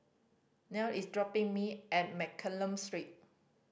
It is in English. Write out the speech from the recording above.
Nell is dropping me at Mccallum Street